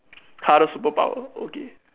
hardest superpower okay